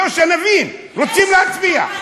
לא, שנבין, רוצים להצביע.